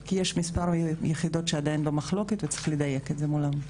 כי יש מספר יחידות שעדיין במחלוקת וצריך לדייק את זה מולן.